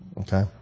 Okay